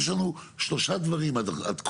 יש לנו שלושה דברים עד כה.